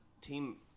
team